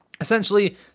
Essentially